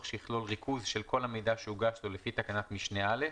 שיכלול ריכוז של כל המידע שהוגש לו לפי תקנת משנה (א),